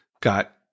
got